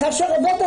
כאשר עובדת